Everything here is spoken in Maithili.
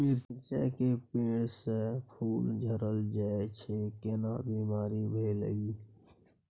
मिर्चाय के पेड़ स फूल झरल जाय छै केना बीमारी भेलई?